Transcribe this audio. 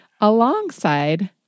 alongside